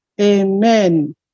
Amen